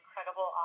incredible